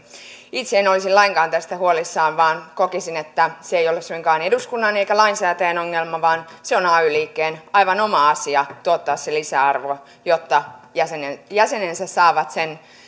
itse en olisi lainkaan tästä huolissani vaan kokisin että se ei ole suinkaan eduskunnan eikä lainsäätäjän ongelma vaan on ay liikkeen aivan oma asia tuottaa se lisäarvo jotta jäsenet saavat sen